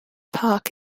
park